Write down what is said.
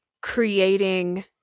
creating